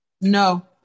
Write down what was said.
No